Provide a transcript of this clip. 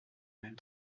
même